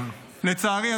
לצערי,